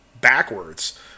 backwards